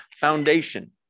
foundation